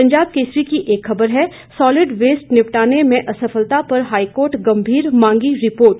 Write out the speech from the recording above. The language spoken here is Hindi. पंजाब केसरी की एक खबर है सॉलिड वेस्ट निपटान में असफलता पर हाईकोर्ट गंभीर मांगी रिपोर्ट